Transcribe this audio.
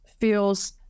feels